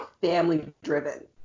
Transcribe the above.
family-driven